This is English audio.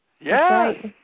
Yes